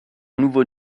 nouveau